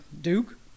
Duke